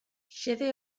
xede